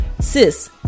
Sis